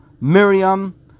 Miriam